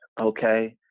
Okay